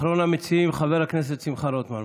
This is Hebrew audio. אחרון המציעים, חבר הכנסת שמחה רוטמן.